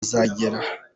uzagera